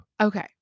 Okay